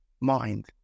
mind